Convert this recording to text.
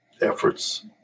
efforts